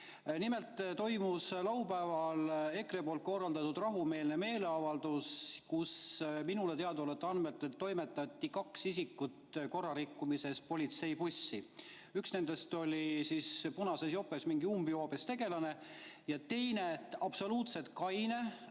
Nimelt toimus laupäeval EKRE korraldatud rahumeelne meeleavaldus, kus minule teadaolevatel andmetel toimetati kaks isikut korrarikkumise eest politseibussi. Üks nendest oli mingi punases jopes umbjoobes tegelane ja teine absoluutselt kaine